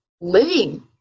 living